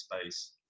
space